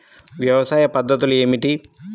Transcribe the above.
వ్యవసాయ పద్ధతులు ఏమిటి?